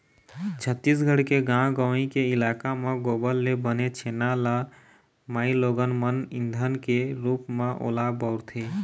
छत्तीसगढ़ के गाँव गंवई के इलाका म गोबर ले बने छेना ल माइलोगन मन ईधन के रुप म ओला बउरथे